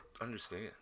understand